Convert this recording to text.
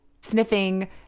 Sniffing